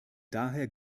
daher